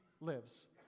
lives